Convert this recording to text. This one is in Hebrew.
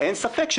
אין ספק,